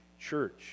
church